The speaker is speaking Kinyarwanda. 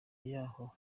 yaho